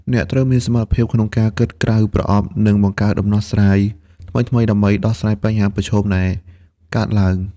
អ្នកត្រូវមានសមត្ថភាពក្នុងការគិតក្រៅប្រអប់ និងបង្កើតដំណោះស្រាយថ្មីៗដើម្បីដោះស្រាយបញ្ហាប្រឈមដែលកើតឡើង។